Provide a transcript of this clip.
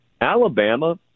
Alabama